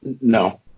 No